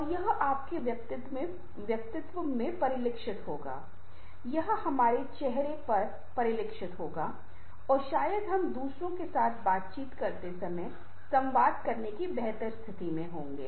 और यह आपके व्यक्तित्व में परिलक्षित होगा यह हमारे चेहरे पर परिलक्षित होगा और शायद हम दूसरों के साथ बातचीत करते समय संवाद करने की बेहतर स्थिति में होंगे